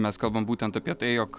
mes kalbam būtent apie tai jog